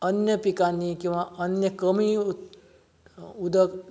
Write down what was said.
अन्य पिकांनी किंवां अन्य कमी उदक